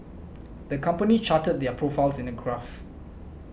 the company charted their profits in a graph